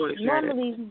normally